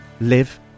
live